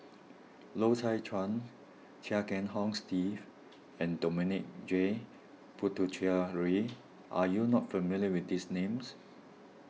Loy Chye Chuan Chia Kiah Hong Steve and Dominic J Puthucheary are you not familiar with these names